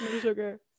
sugar